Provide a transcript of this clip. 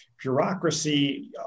bureaucracy